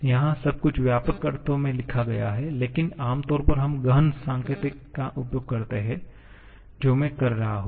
यहां सब कुछ व्यापक अर्थों में लिखा गया है लेकिन आमतौर पर हम गहन संकेतन का उपयोग करते हैं जो मैं कर रहा हूं